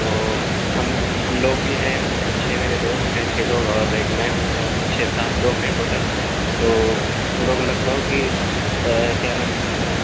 تو ہم ہم لوگ بھی ہیں مطلب چھ میرے دوست ہیں چھ لوگ اور ایک میں ہوں تو ہم چھ سات لوگ ہیں ٹوٹل تو ہم لوگ لکھنؤ کی کیا نام ہے